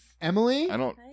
Emily